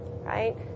right